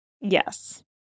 Yes